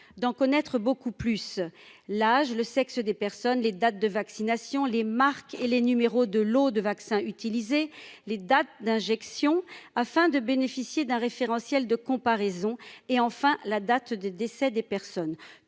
d'en connaître beaucoup plus l'âge, le sexe des personnes, les dates de vaccination, les marques et les numéros de lots de vaccins utilisés les dates d'injection afin de bénéficier d'un référentiel de comparaison et enfin la date de décès des personnes